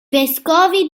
vescovi